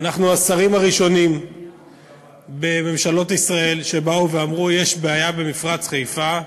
אנחנו השרים הראשונים בממשלות ישראל שבאו ואמרו: יש בעיה במפרץ חיפה,